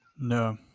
No